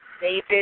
David